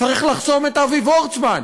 צריך לחסום את אבי וורצמן,